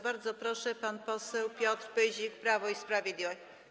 Bardzo proszę, pan poseł Piotr Pyzik, Prawo i Sprawiedliwość.